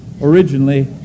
originally